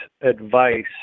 advice